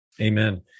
Amen